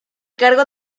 cargo